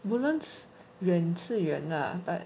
woodlands 远是远 lah but